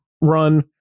run